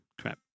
crap